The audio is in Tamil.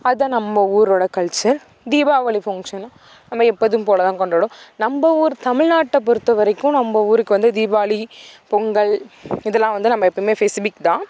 அதான் நம்ம ஊரோட கல்ச்சர் தீபாவளி ஃபங்க்ஷன்னா நம்ம எப்போதும் போல தான் கொண்டாடுவோம் நம்ம ஊர் தமிழ்நாட்டை பொருத்தவரைக்கும் நம்ப ஊருக்கு வந்து தீபாவளி பொங்கல் இதெல்லாம் வந்து நம்ம எப்பயுமே ஃபெஷிஃபிக் தான்